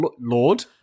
Lord